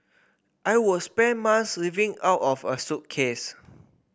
I would spend months living out of a suitcase